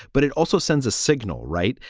but it also sends a signal, right.